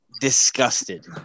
Disgusted